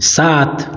सात